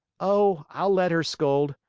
oh, i'll let her scold.